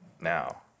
now